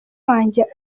wanjye